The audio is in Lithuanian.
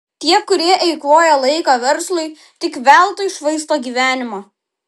tie kurie eikvoja laiką verslui tik veltui švaisto gyvenimą